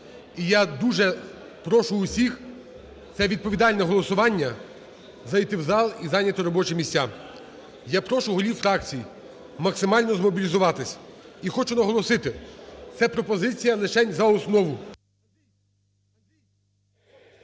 І я дуже прошу усіх, це відповідальне голосування, зайти в зал і зайняти робочі місця. Я прошу голів фракцій максимально змобілізуватись. І хочу наголосити, це пропозиція лишень за основу.